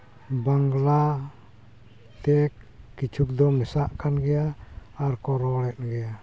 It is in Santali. ᱵᱟᱝᱞᱟᱛᱮ ᱠᱤᱪᱷᱩ ᱫᱚ ᱢᱮᱥᱟᱜ ᱠᱟᱱ ᱜᱮᱭᱟ ᱟᱨ ᱠᱚ ᱨᱚᱲᱮᱫ ᱜᱮᱭᱟ